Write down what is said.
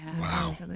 Wow